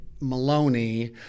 Maloney